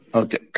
okay